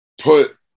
put